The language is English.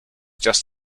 just